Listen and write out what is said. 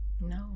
no